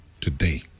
today